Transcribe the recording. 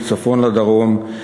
מצפון לדרום,